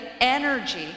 energy